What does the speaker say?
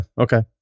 okay